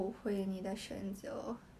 he go and spam call her